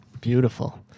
Beautiful